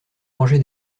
mangé